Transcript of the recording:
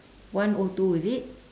one O two is it